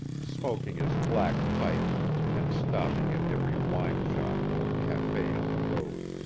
smoking his black pipe and stopping at every wineshop or cafe on the road.